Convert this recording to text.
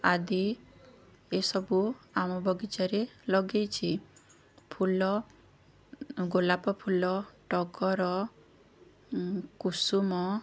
ଆଦି ଏସବୁ ଆମ ବଗିଚାରେ ଲଗେଇଛି ଫୁଲ ଗୋଲାପଫୁଲ ଟଗର କୁସୁମ